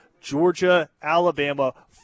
Georgia-Alabama